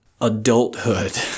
adulthood